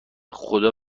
خدا